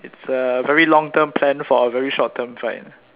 it's a very long term plan for a very short term fight